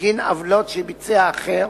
בגין עוולה שביצע אחר